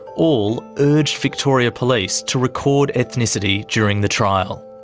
all urged victoria police to record ethnicity during the trial.